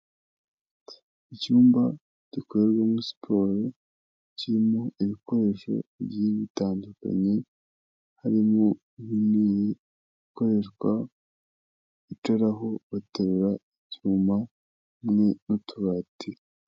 Icyumba gikorerwamo siporo, kirimo ibikoresho bigiye bitandukanye, harimo intebe ikoreshwa yicaraho uterura ibyuma hamwe n'utubati.